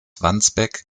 wandsbek